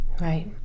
Right